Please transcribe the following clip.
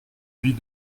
vit